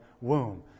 womb